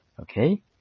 okay